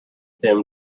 them